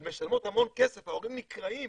הן משלמות המון כסף, ההורים נקרעים